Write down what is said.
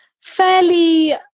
fairly